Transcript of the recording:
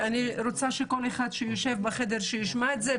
ואני רוצה שכל אחד שיושב בחדר ישמע את זה,